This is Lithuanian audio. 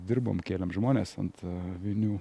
dirbom kėlėm žmones ant vinių